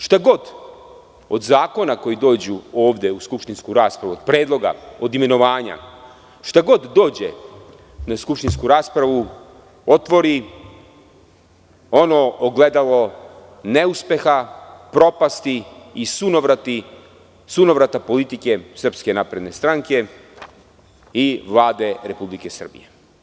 Šta god od zakona koji dođu ovde u skupštinsku raspravu, predloga, od imenovanja, šta god dođe na skupštinsku raspravu, otvori ono ogledalo neuspeha, propasti i sunovrata politike SNS i Vlade Republike Srbije.